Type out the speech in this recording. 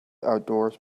outdoors